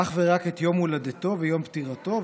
אך ורק את יום הולדתו ויום פטירתו,